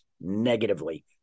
negatively